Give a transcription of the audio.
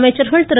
அமைச்சர்கள் திரு